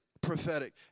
prophetic